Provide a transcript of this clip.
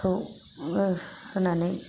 खौ होनानै